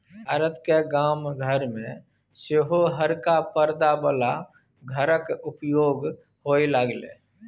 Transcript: भारतक गाम घर मे सेहो हरका परदा बला घरक उपयोग होए लागलै